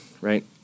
right